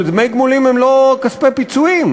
אבל דמי גמולים הם לא כספי פיצויים.